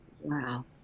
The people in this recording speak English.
Wow